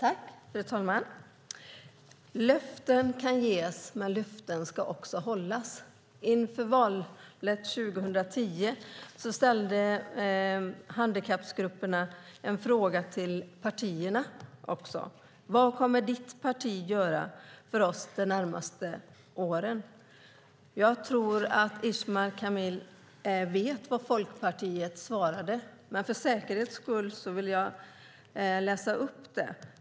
Fru talman! Löften kan ges, men löften ska också hållas. Inför valet 2010 ställde handikappgrupperna en fråga till partierna. Frågan var: Vad kommer ditt parti att göra för oss de närmaste åren? Jag tror att Ismail Kamil vet vad Folkpartiet svarade, men för säkerhets skull vill jag läsa upp det.